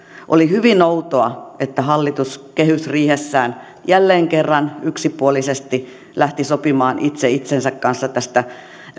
oli hyvin outoa että hallitus kehysriihessään jälleen kerran yksipuolisesti lähti sopimaan itse itsensä kanssa tästä